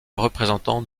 représentant